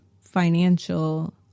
financial